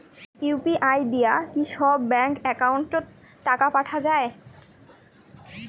UPI দিয়া কি সব ব্যাংক ওত টাকা পাঠা যায়?